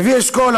לוי אשכול,